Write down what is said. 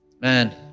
Man